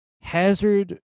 hazard